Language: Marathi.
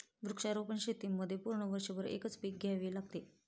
वृक्षारोपण शेतीमध्ये पूर्ण वर्षभर एकच पीक घ्यावे लागते